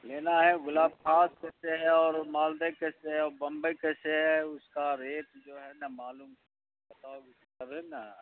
لینا ہے گلاب خاص کیسے ہے اور او مالدے کیسے ہے اور بمبئی کیسے ہے اس کا ریٹ جو ہے نا معلوم بتاؤگے تبھی نا